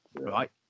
right